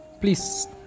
Please